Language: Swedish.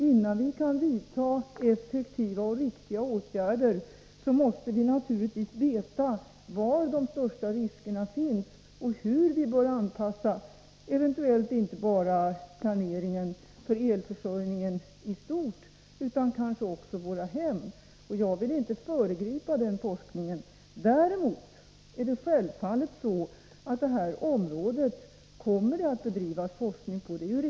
Innan vi kan vidta effektiva och riktiga åtgärder måste vi givetvis veta var de största riskerna finns och hur vi bör göra anpassningar av eventuellt inte bara planeringen för elförsörjning i stort utan kanske också våra hem. Jag vill emellertid inte föregripa denna forskning. Däremot vill jag säga att det självfallet kommer att bedrivas forskning på det här området.